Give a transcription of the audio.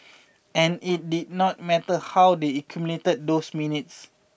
and it did not matter how they accumulated those minutes